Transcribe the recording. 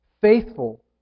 Faithful